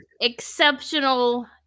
Exceptional